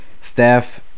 staff